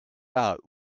out